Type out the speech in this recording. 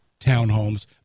townhomes